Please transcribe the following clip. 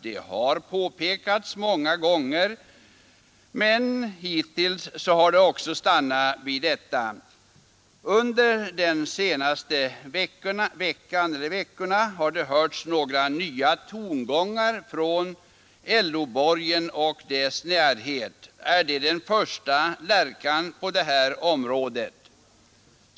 Det har påpekats många gånger, men hittills har det också stannat vid detta. Under de senaste veckorna har det hörts några nya tongångar från LO-borgen och dess närhet. Är det den första lärkan på detta område?